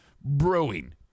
brewing